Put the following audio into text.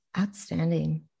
Outstanding